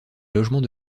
logements